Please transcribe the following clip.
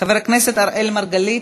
חבר הכנסת אראל מרגלית.